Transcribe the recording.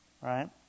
right